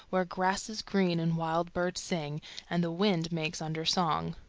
where grass is green and wild birds sing and the wind makes undersong.